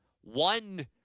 One